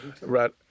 Right